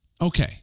okay